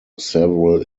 several